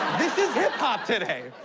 this is hip-hop today.